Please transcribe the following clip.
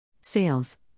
Sales